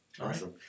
awesome